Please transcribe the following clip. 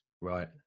Right